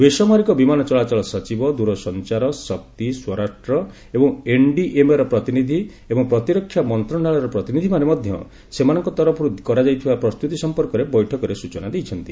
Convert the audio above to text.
ବେସାମରିକ ବିମାନ ଚଳାଚଳ ସଚିବ ଦୂରସଞ୍ଚାର ଶକ୍ତି ସ୍ୱରାଷ୍ଟ୍ର ଏବଂ ଏନ୍ଡିଏମ୍ଏର ପ୍ରତିନିଧି ଏବଂ ପ୍ରତିରକ୍ଷା ମନ୍ତ୍ରଣାଳୟର ପ୍ରତିନିଧିମାନେ ମଧ୍ୟ ସେମାନଙ୍କ ତରଫରୁ କରାଯାଇଥିବା ପ୍ରସ୍ତୁତି ସମ୍ପର୍କରେ ବୈଠକରେ ସୂଚନା ଦେଇଛନ୍ତି